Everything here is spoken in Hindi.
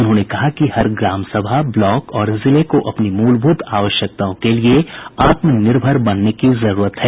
उन्होंने कहा कि हर ग्रामसभा ब्लॉक और जिले को अपनी मूलभूत आवश्यकताओं के लिए आत्मनिर्भर बनने की जरूरत है